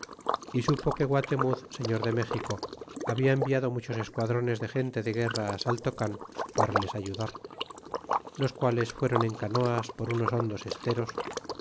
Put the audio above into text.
y supo que guatemuz señor de méxico habla enviado muchos esquadrones de gente de guerra saltocan para les ayudar los quales fueron en canoas por unos hondos esteros y